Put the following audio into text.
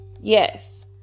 yes